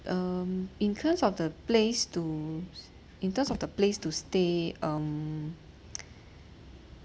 um in terms of the place to s~ in terms of the place to stay um